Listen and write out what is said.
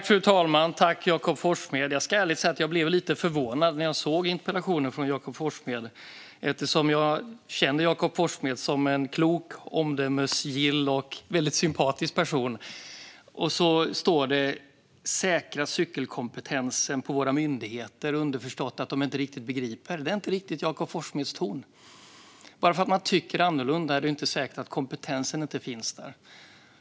Fru talman! Jag tackar Jakob Forssmed för detta. Jag ska ärligt säga att jag blev lite förvånad när jag såg interpellationen från Jakob Forssmed, eftersom jag känner Jakob Forssmed som en klok, omdömesgill och väldigt sympatisk person. Och så står det att man ska säkra cykelkompetensen på våra myndigheter, underförstått att de inte riktigt begriper. Det är inte riktigt Jakob Forssmeds ton. Bara för att man tycker annorlunda är det inte säkert att kompetensen inte finns där.